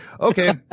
Okay